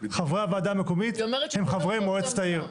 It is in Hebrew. חברי הוועדה המקומית הם חברי מועצת העיר.